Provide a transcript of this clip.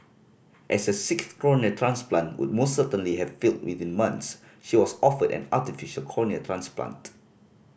as a sixth cornea transplant would most certainly have failed within months she was offered an artificial cornea transplant